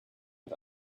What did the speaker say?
hat